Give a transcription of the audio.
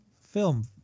film